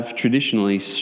traditionally